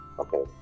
Okay